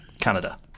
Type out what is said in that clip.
Canada